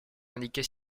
indiquées